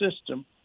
system